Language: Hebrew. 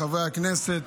חבריי חברי הכנסת,